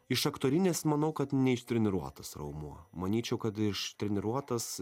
iš aktorinės manau kad neištreniruotas raumuo manyčiau kad ištreniruotas